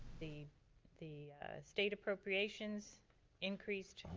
the the state appropriations increased.